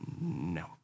no